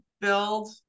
build